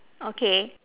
okay